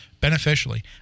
beneficially